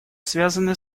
связаны